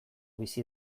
bizi